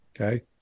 Okay